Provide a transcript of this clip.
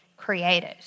created